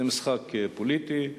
זה משחק פוליטי,